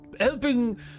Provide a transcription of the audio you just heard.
helping